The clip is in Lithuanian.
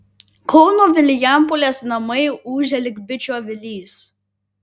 kauno vilijampolės namai ūžia lyg bičių avilys